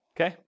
Okay